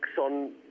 on